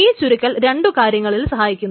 ഈ ചുരുക്കൽ രണ്ടു കാര്യങ്ങളിൽ സഹായിക്കുന്നു